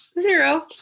zero